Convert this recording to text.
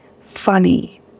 funny